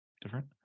different